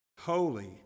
holy